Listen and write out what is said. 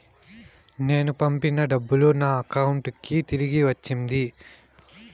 నేను పంపిన డబ్బులు నా అకౌంటు కి తిరిగి వచ్చింది